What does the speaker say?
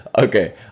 Okay